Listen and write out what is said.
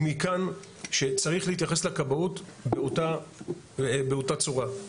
ומכאן שצריך להתייחס לכבאות באותה צורה.